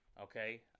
Okay